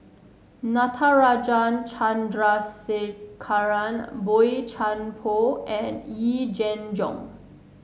Natarajan Chandrasekaran Boey Chuan Poh and Yee Jenn Jong